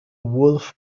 wolf